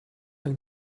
like